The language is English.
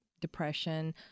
depression